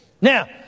Now